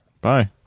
Bye